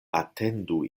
atendu